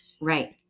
Right